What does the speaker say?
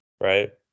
right